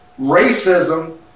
racism